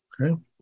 Okay